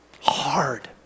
Hard